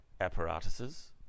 apparatuses